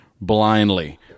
blindly